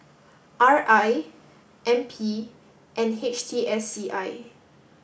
R I N P and H T S C I